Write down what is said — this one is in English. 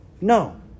No